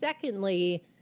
secondly